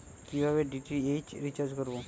কিভাবে DTH recharge করব?